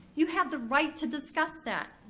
you have the right to discuss that.